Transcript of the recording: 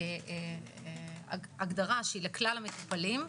הגדרה שהיא לכלל המטופלים.